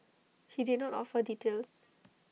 he did not offer details